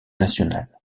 nationale